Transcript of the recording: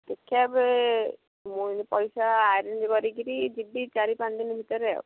ଦେଖିବା ଏବେ ମୁଁ ଏଇନେ ପଇସା ଆରେଞ୍ଜ୍ କରିକିରି ଯିବି ଚାରି ପାଞ୍ଚ ଦିନ ଭିତରେ ଆଉ